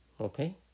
Okay